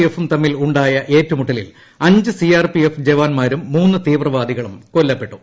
എഫും തമ്മിൽ ഉണ്ടായ ഏറ്റുമുട്ടലിൽ അഞ്ച് സി ആർ പി എഫ് ജവാന്മാരും മൂന്ന് തീവ്രവാദികളും കൊല്ലപ്പെട്ടു